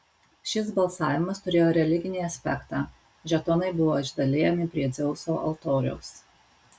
šis balsavimas turėjo religinį aspektą žetonai buvo išdalijami prie dzeuso altoriaus